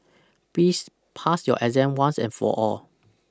please pass your exam once and for all